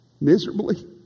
Miserably